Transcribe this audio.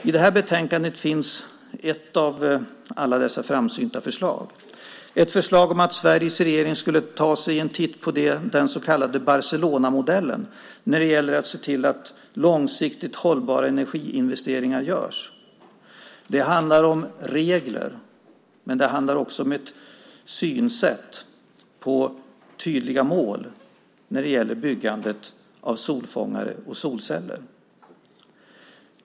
I det här betänkandet finns ett av alla dessa framsynta förslag, nämligen ett förslag om att Sveriges regering skulle ta sig en titt på den så kallade Barcelonamodellen när det gäller att se till att långsiktigt hållbara energiinvesteringar görs. Det handlar om regler. Det handlar också om att sätta tydliga mål för byggandet av solfångare och solceller.